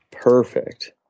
Perfect